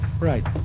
Right